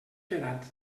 quedat